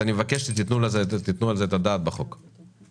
אני מבקש שתיתנו על זה את הדעת בהצעת החוק.